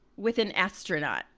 with an astronaut